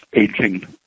aging